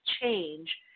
change